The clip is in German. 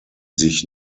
sich